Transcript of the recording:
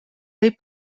võib